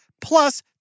plus